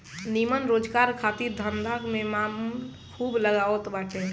निमन रोजगार खातिर धंधा में माल खूब लागत बाटे